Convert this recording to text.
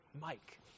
Mike